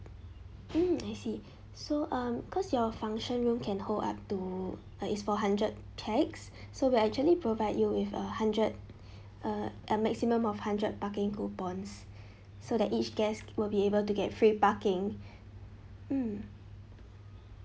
mm I see so um cause your function room can hold up to uh it's for hundred pax so we are actually provide you with a hundred a a maximum of hundred parking coupons so that each guest will be able to get free parking mm